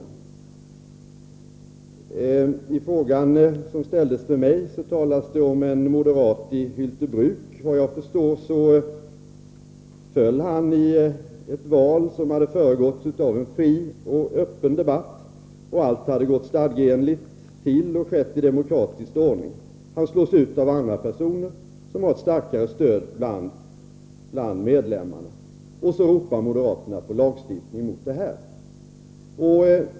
I den fråga som ställdes till mig talas det om en moderat i Hyltebruk. Såvitt jag förstår föll han i ett val som hade föregåtts av en fri och öppen debatt. Allt hade gått stadgeenligt till och skett i demokratisk ordning. Han slogs ut av andra personer, som har ett starkare stöd bland medlemmarna. Och så ropar moderaterna på lagstiftning mot det här.